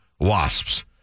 wasps